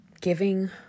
giving